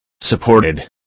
supported